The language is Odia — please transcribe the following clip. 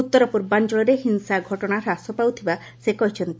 ଉତ୍ତର ପୂର୍ବାଞ୍ଚଳରେ ହିଂସା ଘଟଣା ହ୍ରାସ ପାଉଥିବା ସେ କହିଛନ୍ତି